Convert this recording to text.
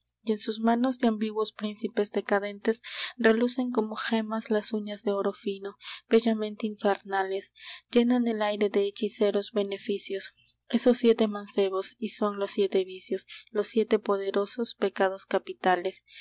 y en sus manos de ambiguos príncipes decadentes relucen como gemas las uñas de oro fino bellamente infernales llenan el aire de hechiceros beneficios esos siete mancebos y son los siete vicios los siete poderosos pecados capitales